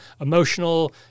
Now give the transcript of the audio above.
emotional